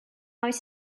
oes